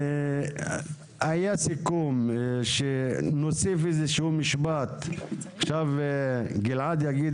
והיה סיכום שנוסיף איזשהו משפט שגלעד יקריא